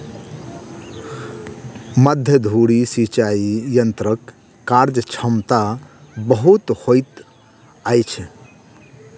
मध्य धुरी सिचाई यंत्रक कार्यक्षमता बहुत होइत अछि